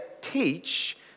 teach